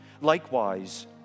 Likewise